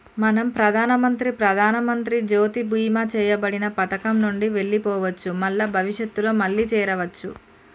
మనం ప్రధానమంత్రి ప్రధానమంత్రి జ్యోతి బీమా చేయబడిన పథకం నుండి వెళ్లిపోవచ్చు మల్ల భవిష్యత్తులో మళ్లీ చేరవచ్చు